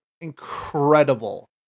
incredible